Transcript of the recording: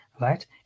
right